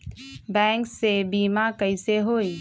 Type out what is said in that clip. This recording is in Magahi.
बैंक से बिमा कईसे होई?